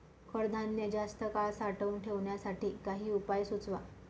कडधान्य जास्त काळ साठवून ठेवण्यासाठी काही उपाय सुचवा?